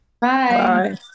Bye